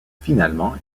finalement